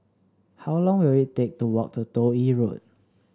how long will it take to walk to Toh Yi Road